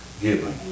given